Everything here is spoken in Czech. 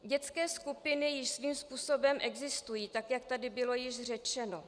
Dětské skupiny jistým způsobem existují, tak jak tady bylo již řečeno.